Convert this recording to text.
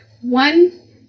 one